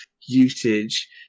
usage